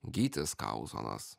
gytis kauzonas